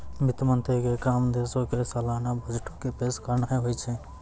वित्त मंत्री के काम देशो के सलाना बजटो के पेश करनाय होय छै